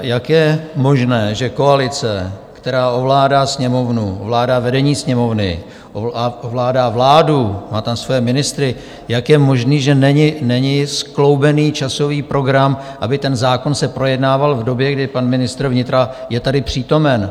Jak je možné, že koalice, která ovládá Sněmovnu, ovládá vedení Sněmovny, ovládá vládu, má tam své ministry, jak je možné, že není skloubený časový program, aby ten zákon se projednával v době, kdy pan ministr vnitra je tady přítomen?